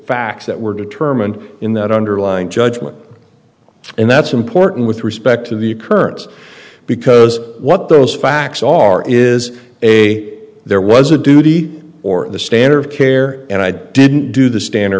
facts that were determined in that underlying judgment and that's important with respect to the current because what those facts are is a there was a duty or the standard of care and i didn't do the standard